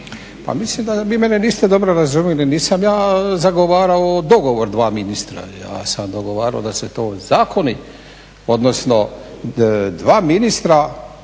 Pa mislim da vi mene niste dobro razumjeli. Nisam ja zagovarao dogovor dva ministra, ja sam dogovarao da se to ozakoni, odnosno dva ministra